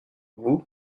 vous